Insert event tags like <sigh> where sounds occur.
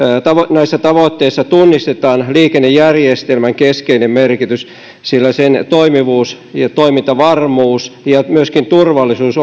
näissä tavoitteissa tunnistetaan liikennejärjestelmän keskeinen merkitys sillä sen toimivuus ja toimintavarmuus ja myöskin turvallisuus <unintelligible>